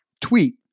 tweet